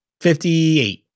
Fifty-eight